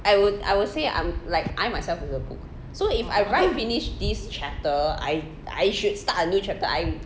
I would I would say I'm like I myself is a book so if I write finish this chapter I I should start a new chapter I